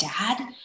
dad